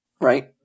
right